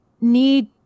need